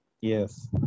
Yes